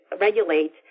regulate